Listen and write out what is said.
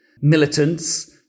militants